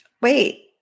Wait